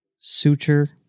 Suture